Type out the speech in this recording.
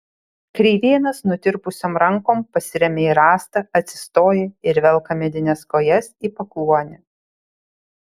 kreivėnas nutirpusiom rankom pasiremia į rąstą atsistoja ir velka medines kojas į pakluonę